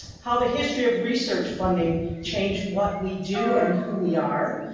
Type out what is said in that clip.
how the history of research funding changed what we do and who we are.